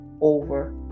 over